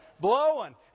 blowing